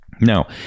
Now